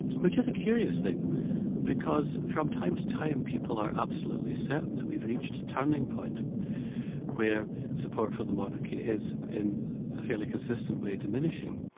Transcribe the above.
which is a curious thing because from time to time, people are absolutely certain that we've reached a turning point where support for the monarchy is in a fairly consistent way, diminishing.